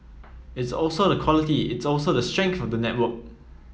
it's also the quality it's also the strength of the network